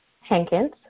Hankins